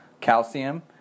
calcium